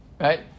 Right